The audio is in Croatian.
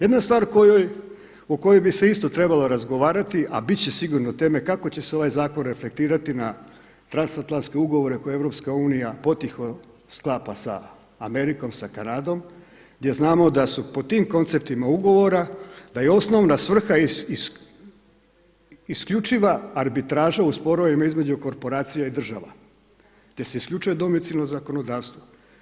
Jedna stvar o kojoj bi se isto trebalo razgovarati a biti će sigurno teme kako će se ovaj zakon reflektirati na transatlanske ugovore koje EU potiho sklapa sa Amerikom, sa Kanadom gdje znamo da su po tim konceptima ugovora, da je osnovna svrha isključiva arbitraža u sporovima između korporacija i država, gdje se isključuje domicilno zakonodavstvo.